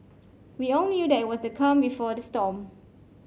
we all knew that it was the calm before the storm